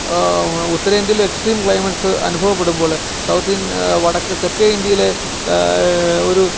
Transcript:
ഉത്തരേന്ത്യയില് extreme climates അനുഭവപ്പെടുമ്പോള് തെക്കേ ഇന്ത്യയിലെ ഒരു